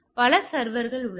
எனவே பல சர்வர்கள் உள்ளன